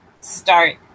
start